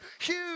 huge